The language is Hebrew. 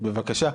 בבקשה.